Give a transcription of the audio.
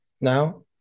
now